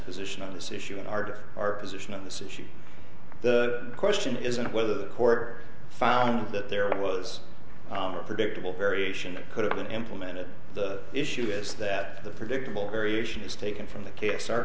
position on this issue in our to our position on this issue the question isn't whether the court found that there was a predictable variation that could have been implemented the issue is that the predictable variation is taken from the case our